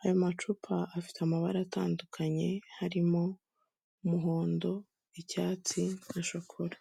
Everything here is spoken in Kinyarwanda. aya, macupa afite amabara atandukanye harimo umuhond, icyatsi na shokora.